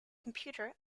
computer